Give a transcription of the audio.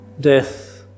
death